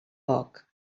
poc